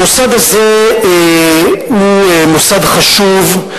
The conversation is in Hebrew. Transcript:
המוסד הזה הוא מוסד חשוב,